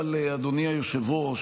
אדוני היושב-ראש,